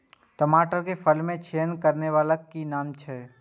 टमाटर के फल में छेद करै वाला के कि नाम छै?